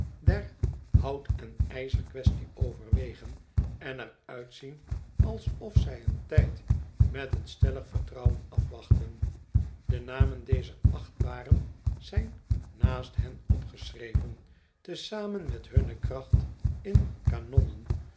der hout en ijzerquaestie overwegen en er uitzien alsof zij hun tijd met een stellig vertrouwen afwachten de namen dezer achtbaren zijn naast hen opgeschreven te zamen met hunne kracht in kanonnon